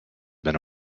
been